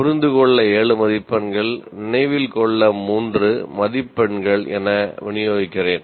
புரிந்துகொள்ள 7 மதிப்பெண்கள் நினைவில் கொள்ள 3 மதிப்பெண்கள் என விநியோகிக்கிறேன்